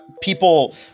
people